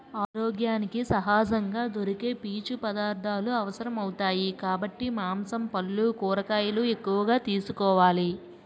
ఆరోగ్యానికి సహజంగా దొరికే పీచు పదార్థాలు అవసరమౌతాయి కాబట్టి మాంసం, పల్లు, కూరగాయలు ఎక్కువగా తీసుకోవాలి